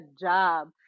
job